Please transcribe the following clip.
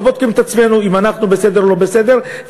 לא בודקים את עצמנו אם אנחנו בסדר או לא בסדר.